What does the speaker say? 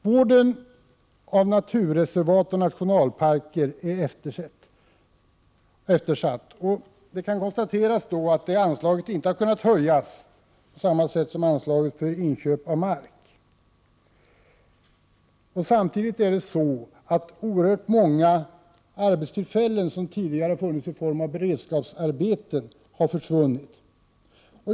Vården av naturreservat och nationalparker är eftersatt. Det kan konstateras att det anslaget inte har kunnat höjas på samma sätt som anslaget för inköp av mark. Samtidigt är det så att oerhört många arbetstillfällen som tidigare funnits i form av beredskapsarbete har försvunnit.